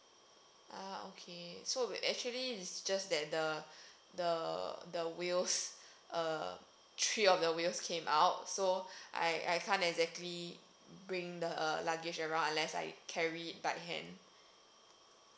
ah okay so we actually is just that the the the wheels uh three of the wheels came out so I I can't exactly bring the luggage around unless I carry it by hand